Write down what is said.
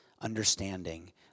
understanding